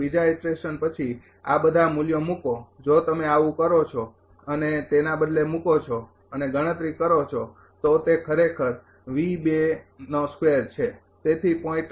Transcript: બીજા ઈટરેશન પછી આ બધા મૂલ્યો મૂકો જો તમે આવું કરો છો અને બદલે મૂકો છો અને ગણતરી કરો છો તો તે ખરેખર હવે V ૨ સ્કેવર છે તેથી ૦